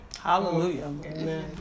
Hallelujah